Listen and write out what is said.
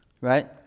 right